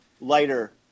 lighter